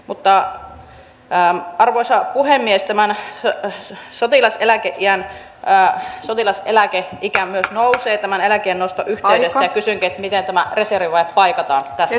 mutta minun mielestäni on hieman eriskummallista se että hallituspuolueen edustaja syyttää oppositiota siitä että oppositio ei tee tarpeeksi kiristävää maahanmuuttopolitiikkaa